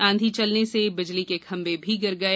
आंधी चलने से बिजली के खंबे भी गिर गए